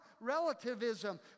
relativism